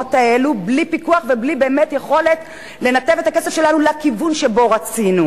במקומות האלה בלי פיקוח ובלי יכולת לנתב את הכסף שלנו לכיוון שרצינו.